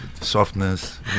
softness